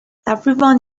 everyone